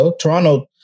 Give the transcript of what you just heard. Toronto